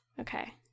Okay